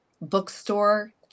bookstore